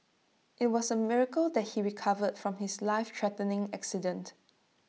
IT was A miracle that he recovered from his lifethreatening accident